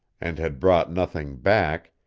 and had brought nothing back,